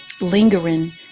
lingering